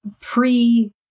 pre